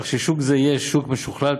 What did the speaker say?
כך ששוק זה יהיה שוק משוכלל,